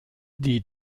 die